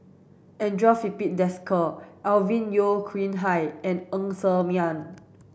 Andre Filipe Desker Alvin Yeo Khirn Hai and Ng Ser Miang